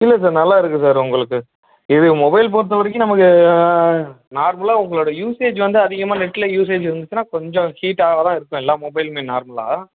இல்லை சார் நல்லார்க்கு சார் உங்களுக்கு இது மொபைல் பொறுத்த வரைக்கும் நமக்கு நார்மலாக உங்களோட யூசேஜ் வந்து அதிகமாக நெட்டில் யூசேஜ் வந்துச்சுன்னா கொஞ்சம் ஹீட் ஆக தான் செய்யும் எல்லாம் மொபைலுமே நார்மலாக